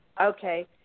Okay